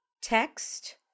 text